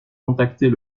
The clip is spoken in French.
contacter